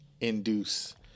induce